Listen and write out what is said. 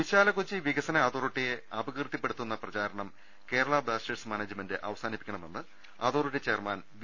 വിശാലകൊച്ചി വികസന അതോറിറ്റിയെ അപകീർത്തിപ്പെടു ത്തുന്ന പ്രചാരണം കേരള ബ്ലാസ്റ്റേഴ്സ് മാനേജ്മെന്റ് അവസാനിപ്പിക്കണമെന്ന് അതോറിറ്റി ചെയർമാൻ വി